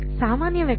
ಸಾಮಾನ್ಯ ವೆಕ್ಟರ್